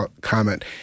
comment